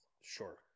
Sure